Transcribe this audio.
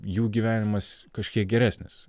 jų gyvenimas kažkiek geresnis